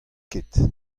ket